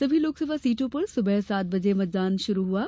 सभी लोकसभा सीटों पर सुबह सात बजे मतदान शुरू हुआ था